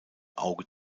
auge